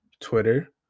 Twitter